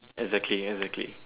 exactly exactly